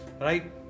Right